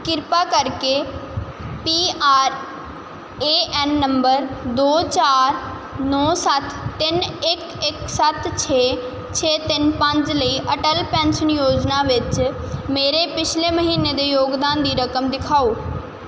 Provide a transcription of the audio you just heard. ਕਿਰਪਾ ਕਰਕੇ P R A N number ਦੋ ਚਾਰ ਨੌਂ ਸੱਤ ਤਿੰਨ ਇੱਕ ਇੱਕ ਸੱਤ ਛੇ ਛੇ ਤਿੰਨ ਪੰਜ ਲਈ ਅਟਲ ਪੈਨਸ਼ਨ ਯੋਜਨਾ ਵਿੱਚ ਮੇਰੇ ਪਿਛਲੇ ਮਹੀਨੇ ਦੇ ਯੋਗਦਾਨ ਦੀ ਰਕਮ ਦਿਖਾਓ